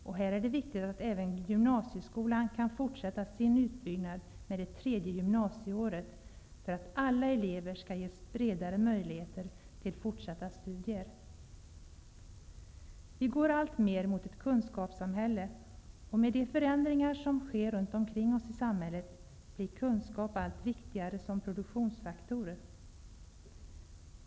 Det är viktigt att även gymnasieskolan kan fortsätta sin utbyggnad med det tredje gymnasieåret, för att alla elever skall ges bredare möjligheter till fortsatta studier. Vi går alltmer mot ett kunskapssamhälle. Med de förändringar som sker runt omkring oss i samhället blir kunskap allt viktigare som produktionsfaktor.